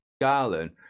Garland